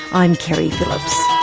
i'm keri phillips.